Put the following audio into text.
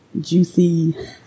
juicy